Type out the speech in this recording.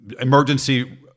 emergency